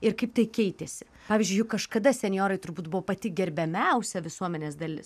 ir kaip tai keitėsi pavyzdžiui juk kažkada senjorai turbūt buvo pati gerbiamiausia visuomenės dalis